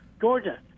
Georgia